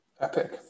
Epic